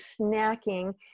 snacking